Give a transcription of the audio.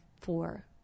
four